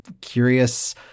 curious